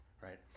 right